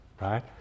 right